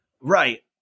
Right